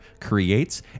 creates